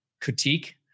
critique